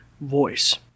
voice